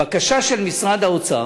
בקשה של משרד האוצר,